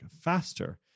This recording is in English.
faster